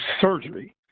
surgery